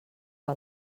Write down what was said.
que